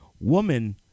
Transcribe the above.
Woman